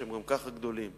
שהם גם כך גדולים.